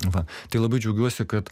va tai labai džiaugiuosi kad